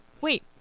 wait